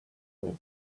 lived